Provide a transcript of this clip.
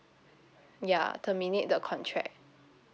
ya terminate the contract